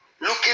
looking